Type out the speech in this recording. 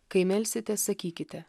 kai melsitės sakykite